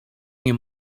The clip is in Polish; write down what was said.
nie